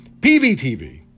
PVTV